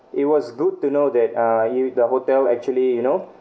it was good to know that uh you the hotel actually you know